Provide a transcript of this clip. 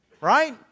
Right